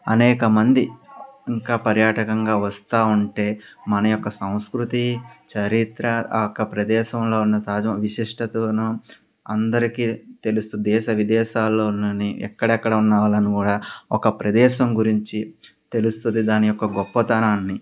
అనేకమంది ఇంకా పర్యాటకంగా వస్తూ ఉంటే మన యొక్క సంస్కృతి చరిత్ర ఆ యొక్క ప్రదేశంలో ఉన్న తాజ్ విశిష్టతను అందరికీ తెలుస్తూ దేశ విదేశాలని ఎక్కడెక్కడ ఉన్నవాళ్ళకి కూడా ఒక ప్రదేశం గురించి తెలుస్తుంది దాని యొక్క గొప్పతనాన్ని